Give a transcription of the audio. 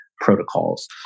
protocols